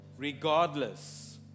Regardless